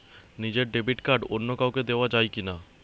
নিজের debit card অন্য কাউকে দেওয়া যায় কি না?